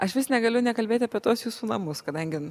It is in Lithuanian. aš vis negaliu nekalbėt apie tuos jūsų langus kadangi